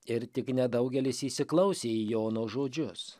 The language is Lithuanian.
ir tik nedaugelis įsiklausė į jono žodžius